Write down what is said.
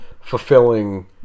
fulfilling